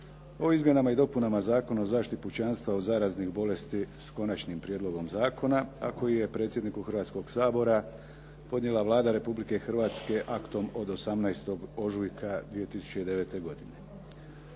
o izmjenama i dopunama Zakona o zaštiti pučanstva od zaraznih bolesti s Konačnim prijedlogom zakona, a koji je predsjedniku Hrvatskog sabora podnijela Vlada Republike Hrvatske aktom od 18. ožujka 2009. godine.